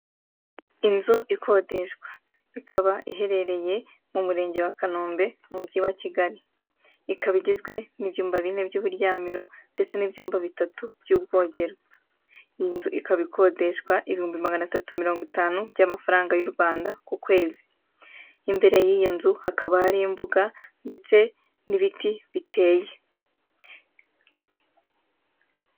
Inzu ikodeshwa. Ikaba iherereye mu murenge wa Kanombe mu mujyi wa Kigali. Ikaba igizwe n'ibyumba bine by'uburyamiro ndetse n'ibyumba bitatu by'ubwogero. Iyi nzu ikaba ikodeshwa ibihumbi magana atatu mirongo itanu by'amafaranga y'u Rwanda ku kwezi. Imbere y'iyo nzu hakaba hari imbuga ndetse n'ibiti biteye.